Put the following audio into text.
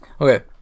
Okay